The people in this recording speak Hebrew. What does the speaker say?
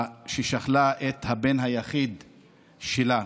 ששכלה את הבן היחיד שלה,